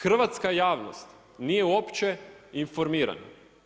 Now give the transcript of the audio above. Hrvatska javnost, nije uopće informirana.